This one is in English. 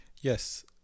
Yes